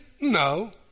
No